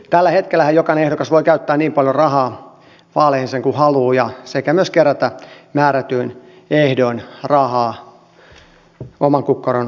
tällä hetkellähän jokainen ehdokas voi käyttää niin paljon rahaa vaaleihin kuin haluaa sekä myös kerätä määrätyin ehdoin rahaa oman kukkaron ulkopuolelta